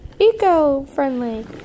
Eco-friendly